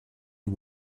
you